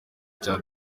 cya